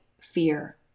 fear